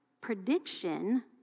prediction